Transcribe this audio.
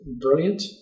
brilliant